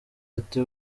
ati